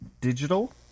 digital